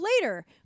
later